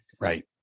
Right